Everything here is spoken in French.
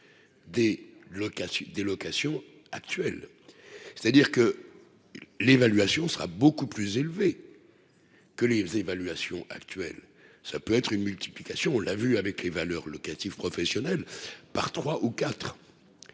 des locations actuel, c'est-à-dire que l'évaluation sera beaucoup plus élevée que les évaluations actuelles, ça peut être une multiplication, on l'a vu avec les valeurs locatives par 3 ou 4 et